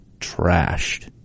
trashed